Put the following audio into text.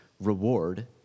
reward